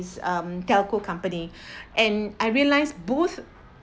is um telco company and I realised both